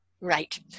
Right